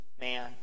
man